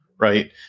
Right